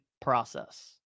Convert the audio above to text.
process